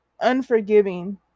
unforgiving